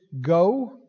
go